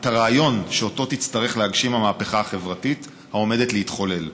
את הרעיון שאותו תצטרך להגשים המהפכה החברתית העומדת להתחולל,